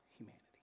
humanity